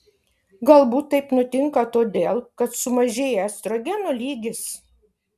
galbūt taip nutinka todėl kad sumažėja estrogeno lygis